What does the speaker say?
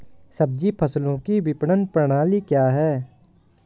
सब्जी फसलों की विपणन प्रणाली क्या है?